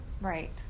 Right